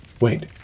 Wait